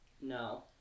No